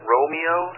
Romeo